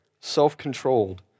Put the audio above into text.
self-controlled